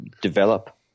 develop